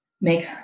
make